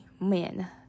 men